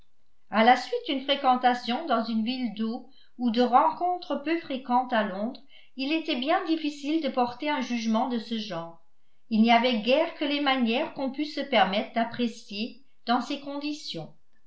à la suite d'une fréquentation dans une ville d'eau ou de rencontres peu fréquentes à londres il était bien difficile de porter un jugement de ce genre il n'y avait guère que les manières qu'on pût se permettre d'apprécier dans ces conditions